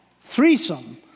threesome